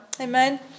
Amen